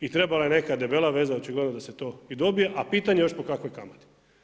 I trebala je neka debela veza očigledno da se to i dobije a pitanje još po kakvoj kamati.